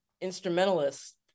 instrumentalists